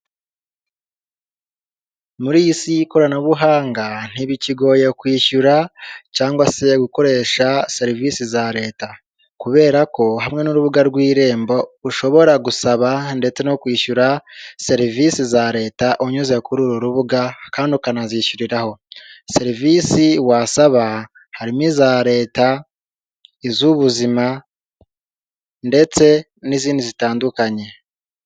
Muri iyi si y'ikoranabuhanga ntibikigoye kwishyura cyangwa se gukoresha serivisi za leta, kubera ko hamwe n'urubuga rw'irembo ushobora gusaba ndetse no kwishyura serivisi za leta unyuze kuri uru rubuga kandi ukanazishyiriraho, serivisi wasaba harimo iza leta iz'ubuzima ndetse n'izindi zitandukanye.